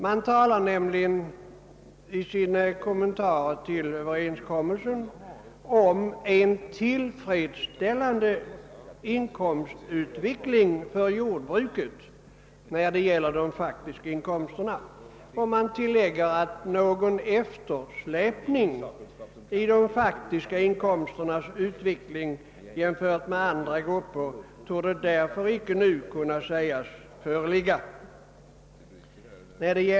Man talar nämligen i sina kommentarer till överenskommelsen om en tillfredsställande inkomstutveckling för jordbruket när det gäller de faktiska inkomsterna och man tillägger att »någon eftersläpning i de faktiska inkomsternas utveck ling jämfört med andra gruppers torde därför inte nu kunna sägas föreligga«.